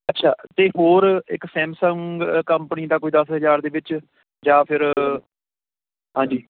ਅੱਛਾ ਅਤੇ ਹੋਰ ਇੱਕ ਸੈਂਮਸੰਗ ਕੰਪਨੀ ਦਾ ਕੋਈ ਦਸ ਹਜ਼ਾਰ ਦੇ ਵਿੱਚ ਜਾਂ ਫਿਰ ਹਾਂਜੀ